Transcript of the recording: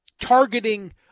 targeting